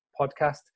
podcast